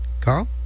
Carl